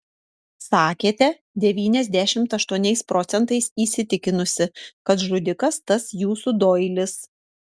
sakėte devyniasdešimt aštuoniais procentais įsitikinusi kad žudikas tas jūsų doilis